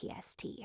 PST